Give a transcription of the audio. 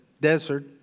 desert